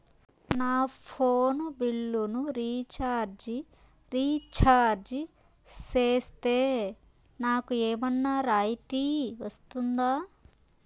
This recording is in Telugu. నా ఫోను బిల్లును రీచార్జి రీఛార్జి సేస్తే, నాకు ఏమన్నా రాయితీ వస్తుందా?